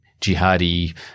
jihadi